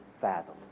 fathom